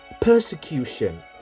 persecution